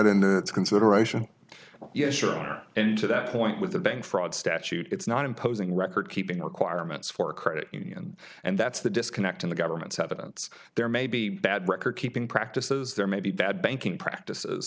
the consideration yes your honor and to that point with the bank fraud statute it's not imposing recordkeeping acquirements for credit union and that's the disconnect in the government's evidence there may be bad recordkeeping practices there may be bad banking practices